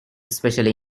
especially